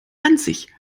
ranzig